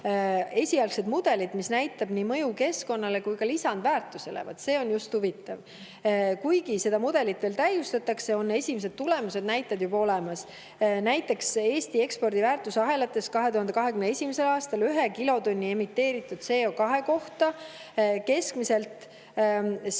esialgset mudelit, mis näitab nii mõju keskkonnale kui ka lisandväärtusele. See ongi just huvitav. Kuigi seda mudelit veel täiustatakse, on esimesed tulemused või näited juba olemas. Näiteks loodi Eesti ekspordi väärtusahelates 2021. aastal 1 kilotonni emiteeritud CO2kohta keskmiselt 3,5